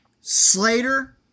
Slater